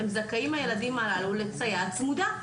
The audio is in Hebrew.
הילדים הללו זכאים לסייעת צמודה.